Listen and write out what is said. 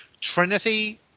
Trinity